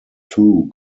two